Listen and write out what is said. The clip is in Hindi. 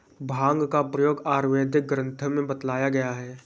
भाँग का प्रयोग आयुर्वेदिक ग्रन्थों में बतलाया गया है